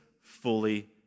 fully